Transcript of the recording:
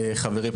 חברי,